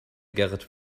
gerrit